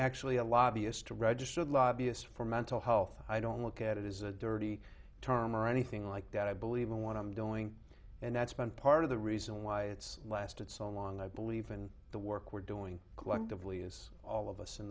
actually a lobby as to registered lobbyist for mental health i don't look at it is a dirty term or anything like that i believe in what i'm doing and that's been part of the reason why it's lasted so long i believe in the work we're doing